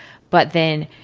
but then,